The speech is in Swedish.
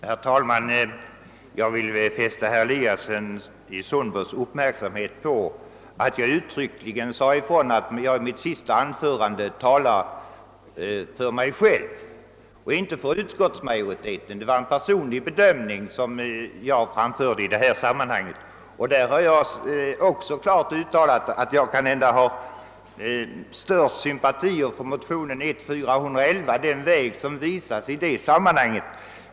Herr talman! Jag vill fästa herr Eliassons uppmärksamhet på att jag i mitt senaste anförande uttryckligen sade att jag talade för mig själv och inte för utskottsmajoriteten. Det var en personlig bedömning som jag framförde i det sammanhanget. Jag har också klart uttalat att jag nog har mest sympatier för de tankar som framförs i motionen I: 411.